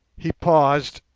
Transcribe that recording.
he paused,